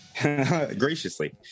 Graciously